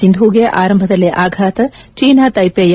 ಸಿಂಧೂಗೆ ಆರಂಭದಲ್ಲೇ ಆಘಾತ China Taipei